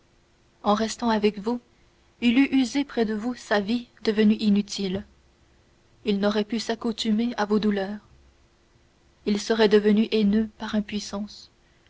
en restant avec vous il eût usé près de vous sa vie devenue inutile il n'aurait pu s'accoutumer à vos douleurs il serait devenu haineux par impuissance